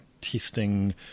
testing